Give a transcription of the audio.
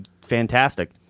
fantastic